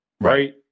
right